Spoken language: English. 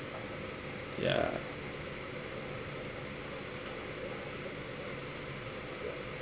ya